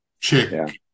Chick